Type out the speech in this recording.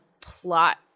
plot